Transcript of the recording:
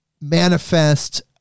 manifest